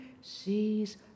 sees